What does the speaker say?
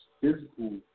physical